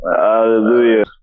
Hallelujah